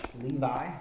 Levi